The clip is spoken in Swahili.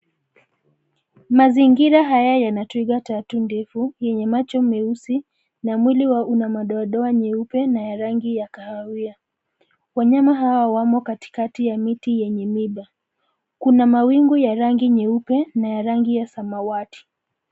Mazingira haya yana twiga tatu ndefu, yenye macho meusi, na mwili wao una madoadoa nyeupe na ya rangi ya kahawia. Wanyama hawa wamo katikati ya miti yenye miba. Kuna mawingu ya rangi nyeupe na ya rangi ya samawati.